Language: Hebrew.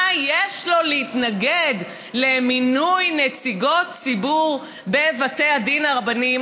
מה יש לו להתנגד למינוי נציגות ציבור בבתי הדין הרבניים,